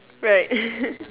right